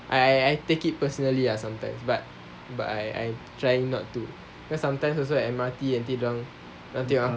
I I take it personally ah sometimes but but I I try not to because sometimes also at M_R_T nanti dorang tengok aku